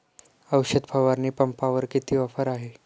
औषध फवारणी पंपावर किती ऑफर आहे?